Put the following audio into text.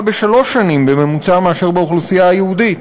בשלוש שנים בממוצע משל האוכלוסייה היהודית.